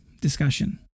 discussion